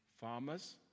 Farmers